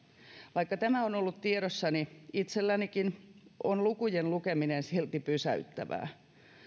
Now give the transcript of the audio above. vaikka tämä on ollut tiedossani itsellänikin on lukujen lukeminen silti pysäyttävää